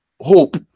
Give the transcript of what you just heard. hope